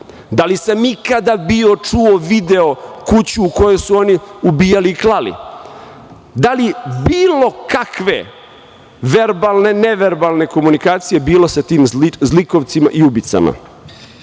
Da li sam ikada bio, čuo, video kuću u kojoj su oni ubijali i klali? Da li bilo kakve verbalne, ne erbalne komunikacije bilo sa tim zlikovcima i ubicama?